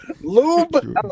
Lube